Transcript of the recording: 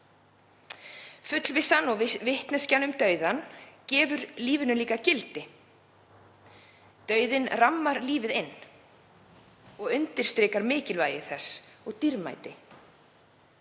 Fullvissan og vitneskjan um dauðann gefur lífinu líka gildi. Dauðinn rammar lífið inn og undirstrikar mikilvægi þess og dýrmæti.